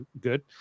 good